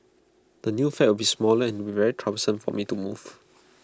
the new flat will be smaller and IT will be very troublesome for me to move